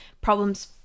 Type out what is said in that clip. problems